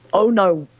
oh no,